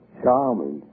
charming